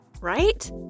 right